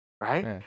Right